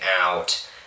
out